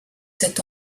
cet